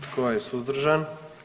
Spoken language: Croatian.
Tko je suzdržan?